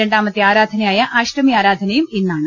രണ്ടാമത്തെ ആരാധനയായ അഷ്ടമി ആരാധനയും ഇന്നാണ്